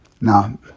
Now